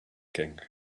king